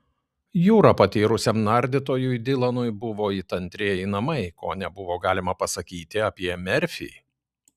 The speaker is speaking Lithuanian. jūra patyrusiam nardytojui dilanui buvo it antrieji namai ko nebuvo galima pasakyti apie merfį